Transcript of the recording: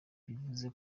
bivuze